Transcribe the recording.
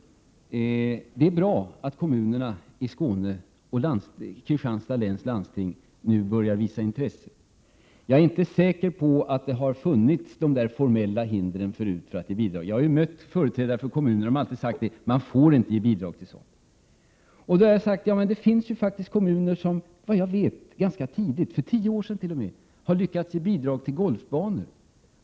Det är bra att kommunerna i Skåne och Kristianstads läns landsting nu börjar visa intresse och har beviljat bidrag till Skånska teatern. Jag är inte säker på att dessa formella hinder för att ge bidrag som förut har åberopats har funnits. Företrädare för kommuner som jag har mött har alltid sagt att man inte får ge bidrag till sådant. Men då har jag framhållit att det faktiskt finns kommuner som, såvitt jag vet, ganska tidigt —t.o.m. för tio år sedan — har lyckats ge bidrag till golfbanor.